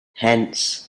hence